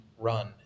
run